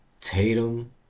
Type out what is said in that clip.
Tatum